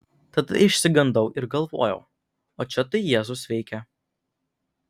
tada išsigandau ir galvojau o čia tai jėzus veikia